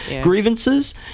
grievances